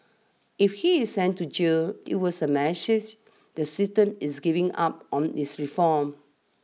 if he is sent to jail it was a message the system is giving up on his reform